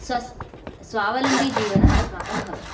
स्व स्वावलम्बी जीवनम् अस्माकं भवति